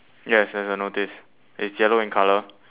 ya it's a a notice it's yellow in colour